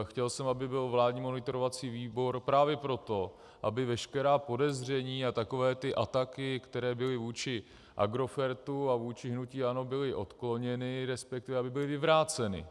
Chtěl jsem, aby byl vládní monitorovací výbor právě proto, aby veškerá podezření a takové ty ataky, které byly vůči Agrofertu a vůči hnutí ANO, byly odkloněny, respektive, aby byly vyvráceny.